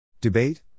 Debate